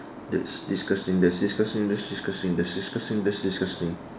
that's disgusting that's disgusting that's disgusting that's disgusting that's disgusting